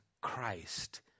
Christ